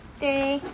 three